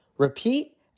Repeat